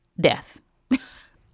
death